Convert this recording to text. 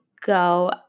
go